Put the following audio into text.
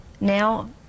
now